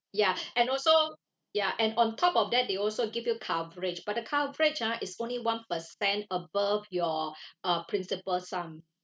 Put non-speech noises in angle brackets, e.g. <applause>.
ya and also ya and on top of that they also give you coverage but the coverage ah is only one percent above your <breath> uh principal sum